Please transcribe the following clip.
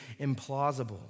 implausible